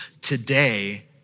today